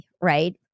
right